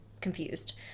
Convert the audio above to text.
confused